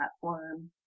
platform